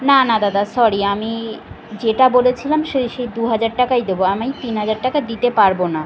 না না দাদা সরি আমি যেটা বলেছিলাম সেই সেই দু হাজার টাকাই দেবো আমি তিন হাজার টাকা দিতে পারব না